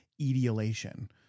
etiolation